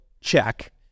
check